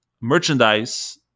merchandise